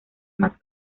más